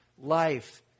life